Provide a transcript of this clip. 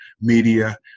media